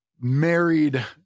married